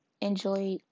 enjoy